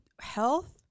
health